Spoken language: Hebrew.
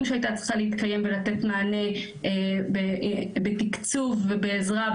שהיה צריך להתקיים ולתת מענה בתקצוב ובעזרה,